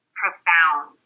profound